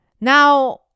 Now